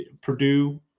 Purdue